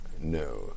no